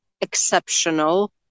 exceptional